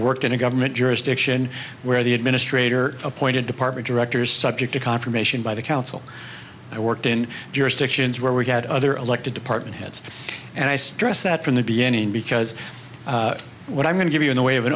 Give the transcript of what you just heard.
worked in a government jurisdiction where the administrator appointed department directors subject to confirmation by the council i worked in jurisdictions where we had other elected department heads and i stress that from the beginning because what i'm going to give you in the way of an